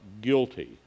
guilty